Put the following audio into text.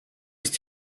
ist